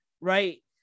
right